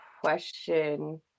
question